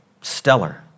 stellar